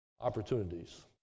opportunities